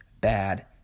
bad